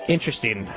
Interesting